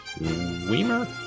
Weimer